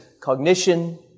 cognition